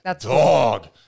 dog